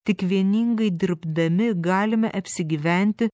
tik vieningai dirbdami galime apsigyventi